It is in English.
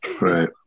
Right